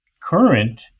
current